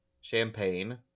champagne